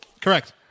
Correct